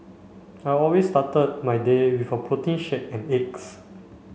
I always started my day with a protein shake and eggs